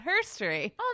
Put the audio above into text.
history